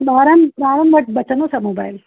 ॿारनि ॿारनि वटि वठिणो सां मोबाइल